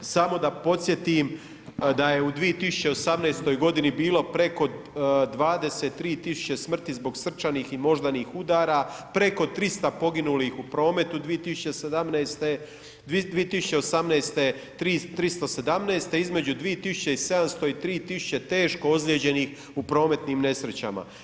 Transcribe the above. Samo da podsjetim da je u 2018. g. bilo preko 23 000 smrti zbog srčanih i moždanih udara, preko 300 poginulih u prometu 2017., 2018. 317 a između 2700 i 3000 teško ozlijeđenih u prometnim nesrećama.